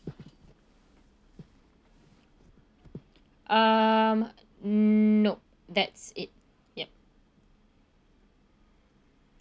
um nope that's it yup